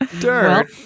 Dirt